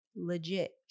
legit